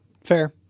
Fair